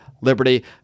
Liberty